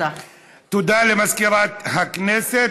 הודעה למזכירת הכנסת,